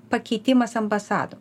pakeitimas ambasadų